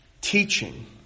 teaching